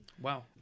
Wow